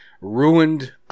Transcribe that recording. ruined